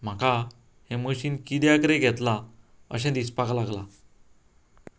म्हाका हें मशीन किद्याक रे घेतलां अशें दिसपाक लागलां